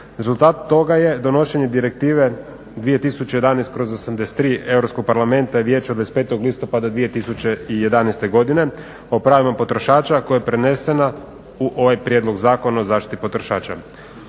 Rezultat toga je donošenje Direktive 2011./83. Europskog parlamenta i vijeća 25. listopada 2011. godine o pravima potrošača koja je prenesena u ovaj prijedlog Zakona o zaštiti potrošača.